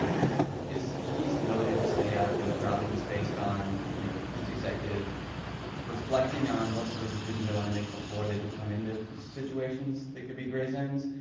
is ge's ability to stay out of these problems based on, you know, each executive reflecting on what sort of decisions they wanna make before they become into situations that could be gray zones?